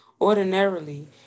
Ordinarily